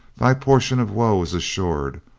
thy portion of woe is assured.